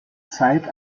zeit